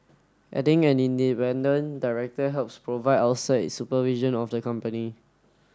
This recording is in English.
adding an independent director helps provide outside supervision of the company